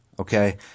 Okay